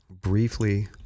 briefly